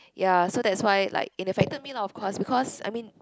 ya so that's why like it affected me lah of course because I mean